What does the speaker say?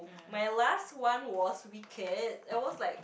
my last one was wicked it was like